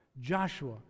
Joshua